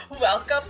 welcome